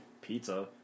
Pizza